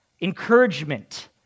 encouragement